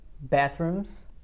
bathrooms